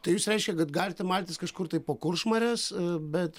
tai jūs reiškia kad galite maudytis kažkur tai po kuršmares bet